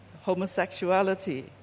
homosexuality